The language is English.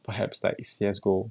perhaps like C_S_G_O